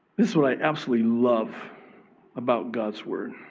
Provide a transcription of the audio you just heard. this is what i absolutely love about god's word.